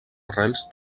arrels